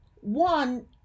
One